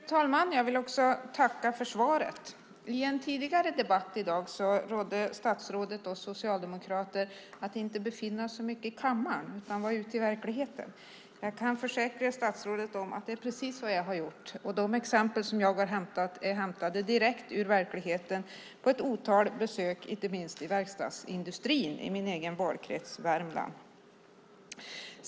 Fru talman! Också jag vill tacka statsrådet för svaret. I en tidigare debatt i dag rådde statsrådet oss socialdemokrater att inte befinna oss så mycket här i kammaren utan att vara ute i verkligheten. Jag kan försäkra statsrådet om att det är precis vad jag har gjort. Mina exempel är hämtade direkt ur verkligheten i samband med ett otal besök, inte minst i verkstadsindustrin i min valkrets, Värmland.